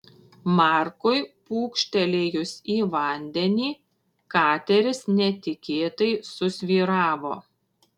markui pūkštelėjus į vandenį kateris netikėtai susvyravo